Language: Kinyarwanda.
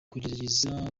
kugerageza